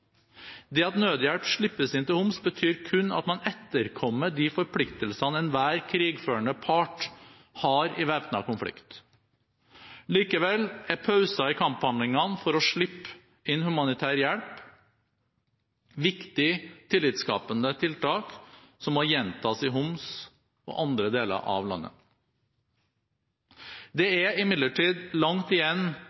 Det at nødhjelp slippes inn til Homs betyr kun at man etterkommer de forpliktelsene enhver krigførende part har i væpnet konflikt. Likevel er pausene i kamphandlingene for å slippe inn humanitær hjelp viktige tillitsskapende tiltak som må gjentas i Homs og andre deler av